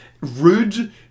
rude